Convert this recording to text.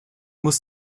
muss